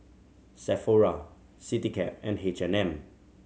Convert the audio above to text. Sephora Citycab and H and M